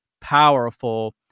powerful